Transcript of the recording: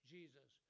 Jesus